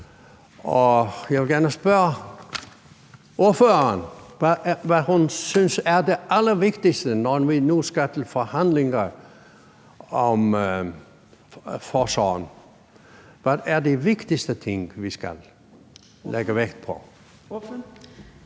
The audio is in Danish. Og jeg vil gerne spørge ordføreren, hvad hun synes er det allervigtigste, når vi nu skal til forhandlinger om kriminalforsorgen. Hvad er de vigtigste ting, vi skal lægge vægt på?